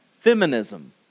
feminism